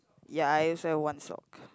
ya I swear one sock